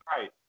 Right